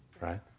Right